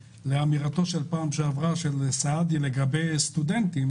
לאמירתו של חבר הכנסת סעדי בישיבה קודמת לגבי סטודנטים